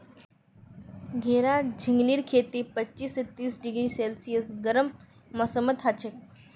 घेरा झिंगलीर खेती पच्चीस स तीस डिग्री सेल्सियस गर्म मौसमत हछेक